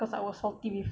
cause I was salty with